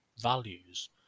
values